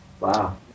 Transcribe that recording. Wow